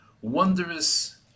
wondrous